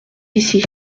ici